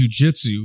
jujitsu